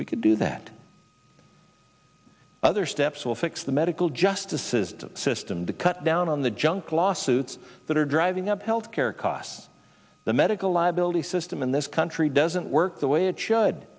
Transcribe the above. we could do that other steps will fix the medical justice system system to cut down on the junk lawsuits that are driving up health care costs the medical liability system in this country doesn't work the way it should